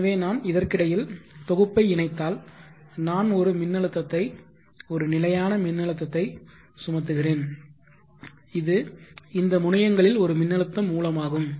எனவே நான் இதற்கிடையில் தொகுப்பை இணைத்தால் நான் ஒரு மின்னழுத்தத்தை ஒரு நிலையான மின்னழுத்தத்தை சுமத்துகிறேன் இது இந்த முனையங்களில் ஒரு மின்னழுத்த மூலமாகும்